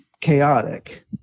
chaotic